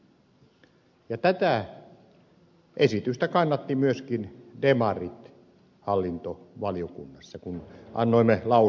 tätä esitystä kannattivat myöskin demarit hallintovaliokunnassa kun annoimme lausunnon ministeriölle